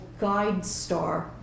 GuideStar